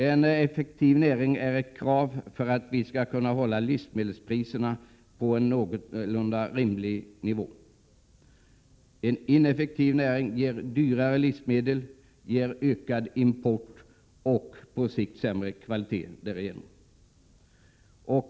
En effektiv näring är ett krav för att vi skall kunna hålla livsmedelspriserna på en någorlunda rimlig nivå. En ineffektiv näring ger dyrare livsmedel, ökad import och på sikt sämre kvalitet.